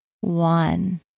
One